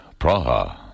Praha